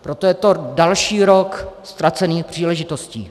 Proto je to další rok ztracených příležitostí.